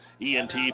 ENT